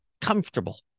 Comfortable